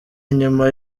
nyuma